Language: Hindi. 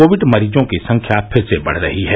कोविड मरीजों की संख्या फिर से बढ़ रही है